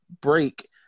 break